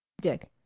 Dick